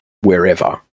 wherever